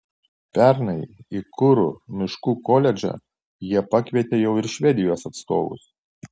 pernai į kuru miškų koledžą jie pakvietė jau ir švedijos atstovus